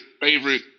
favorite